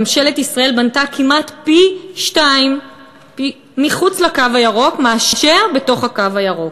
ממשלת ישראל בנתה כמעט פי-שניים מחוץ לקו הירוק מאשר בתוך הקו הירוק.